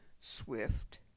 Swift